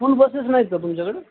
school buses ना नाहीत का तुमच्याकडे